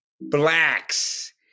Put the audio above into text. blacks